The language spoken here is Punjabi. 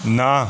ਨਾ